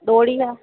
दोढिया